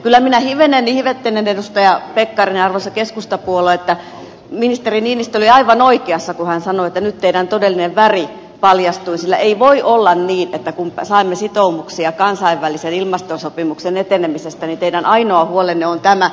kyllä minä hivenen ihmettelen edustaja pekkarinen ja arvoisa keskustapuolue ministeri niinistö oli aivan oikeassa kun hän sanoi että nyt teidän todellinen värinne paljastui sillä ei voi olla niin että kun saimme sitoumuksia kansainvälisen ilmastosopimuksen etenemisestä niin teidän ainoa huolenne on tämä